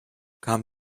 kam